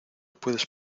puedes